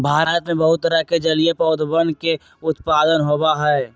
भारत में बहुत तरह के जलीय पौधवन के उत्पादन होबा हई